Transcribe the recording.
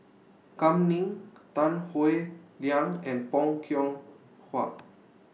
Kam Ning Tan Howe Liang and Bong Hiong Hwa